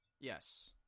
Yes